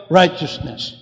righteousness